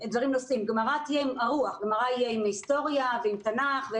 גמרא תהיה באשכול רוח, עם היסטוריה ותנ"ך.